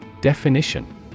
Definition